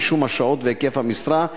רישום השעות והיקף המשרה,